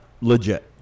legit